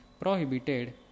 prohibited